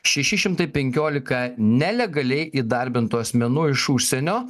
šeši šimtai penkiolika nelegaliai įdarbintų asmenų iš užsienio